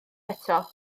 eto